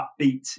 upbeat